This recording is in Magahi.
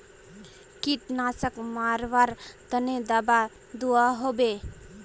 कीटनाशक मरवार तने दाबा दुआहोबे?